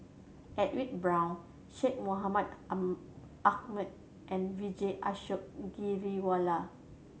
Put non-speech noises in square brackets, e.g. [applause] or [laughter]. Edwin Brown Syed Mohamed [unintelligible] Ahmed and Vijesh Ashok Ghariwala